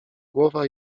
głowa